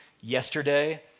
yesterday